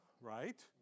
right